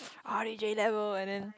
r_d_j level and then